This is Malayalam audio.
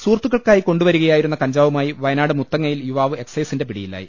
സുഹൃത്തുക്കൾക്കായി കൊണ്ട് വരികയായിരുന്ന കഞ്ചാവുമായി വയനാട് മുത്തങ്ങയിൽ യുവാവ് എക്സൈസിന്റെ പിടിയിലായി